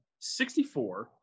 64